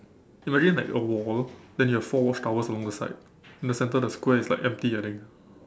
imagine like a wall then you have watch towers along the side then the center of the square is like empty I think